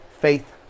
Faith